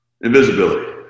Invisibility